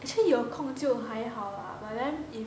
actually 有空就还好 lah but then if